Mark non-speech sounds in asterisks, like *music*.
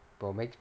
*noise*